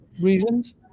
reasons